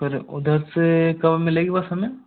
फिर उधर से कब मिलेगी बस हमें